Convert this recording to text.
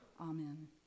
Amen